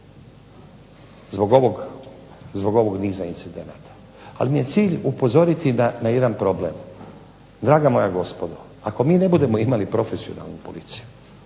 zbog ovog niza incidenata. Ali mi je cilj upozoriti na jedan problem. Draga moja gospodo ako mi ne budemo imali profesionalnu policiju